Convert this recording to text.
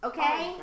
Okay